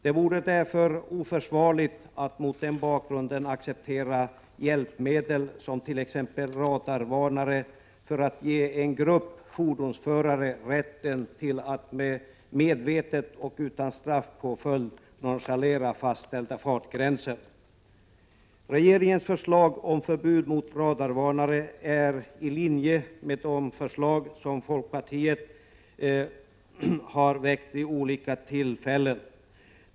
Det vore mot den bakgrunden oförsvarligt att acceptera hjälpmedel, som t.ex. radarvarnare, för att ge en grupp fordonsförare rätten att medvetet och utan straffpåföljd nonchalera fastställda fartgränser. Regeringens förslag om förbud mot radarvarnare är i linje med de förslag som folkpartiet har väckt vid olika tillfällen.